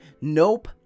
Nope